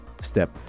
step